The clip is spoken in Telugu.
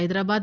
హైదరాబాద్